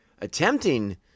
attempting